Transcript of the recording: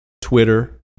Twitter